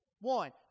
One